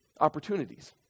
opportunities